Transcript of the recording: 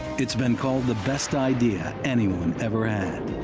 it's been called the best idea anyone ever had.